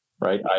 right